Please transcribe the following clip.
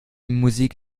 musik